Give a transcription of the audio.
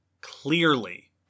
clearly